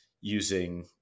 using